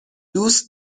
دوست